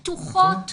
פתוחות, מוסדיות.